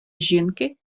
жінки